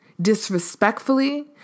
disrespectfully